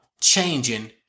changing